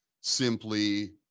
simply